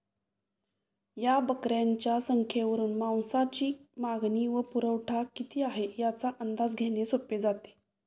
या बकऱ्यांच्या संख्येवरून मांसाची मागणी व पुरवठा किती आहे, याचा अंदाज घेणे सोपे जाते